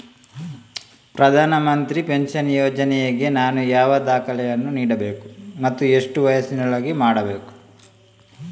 ಪ್ರಧಾನ ಮಂತ್ರಿ ಪೆನ್ಷನ್ ಯೋಜನೆಗೆ ನಾನು ಯಾವ ದಾಖಲೆಯನ್ನು ನೀಡಬೇಕು ಮತ್ತು ಎಷ್ಟು ವಯಸ್ಸಿನೊಳಗೆ ಮಾಡಬೇಕು?